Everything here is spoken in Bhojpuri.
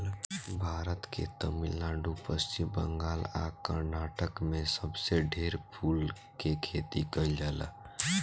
भारत के तमिलनाडु, पश्चिम बंगाल आ कर्नाटक में सबसे ढेर फूल के खेती कईल जाला